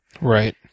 Right